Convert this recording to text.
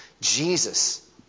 Jesus